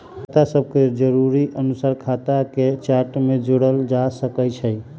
खता सभके जरुरी अनुसारे खता के चार्ट में जोड़ल जा सकइ छै